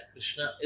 Krishna